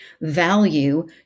value